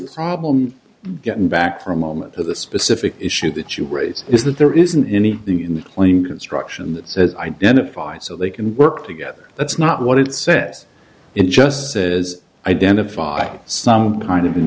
problem getting back for a moment to the specific issue that you raise is that there isn't anything in the claim construction that says identified so they can work together that's not what it says it just says identify some kind of in